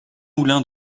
moulins